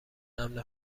امن